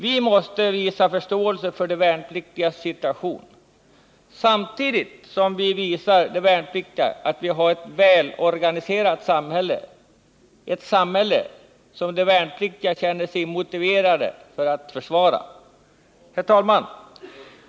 Vi måste visa förståelse för de värnpliktigas situation samtidigt som vi visar dem att vi har ett välorganiserat samhälle — ett samhälle som de känner sig motiverade att försvara. Herr talman!